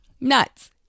nuts